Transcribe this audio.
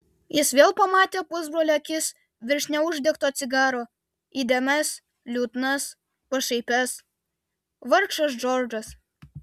jis vėl pamatė pusbrolio akis virš neuždegto cigaro įdėmias liūdnas pašaipias vargšas džordžas